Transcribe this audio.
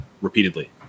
repeatedly